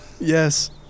Yes